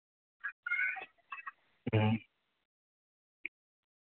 ᱦᱩᱸ